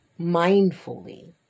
Mindfully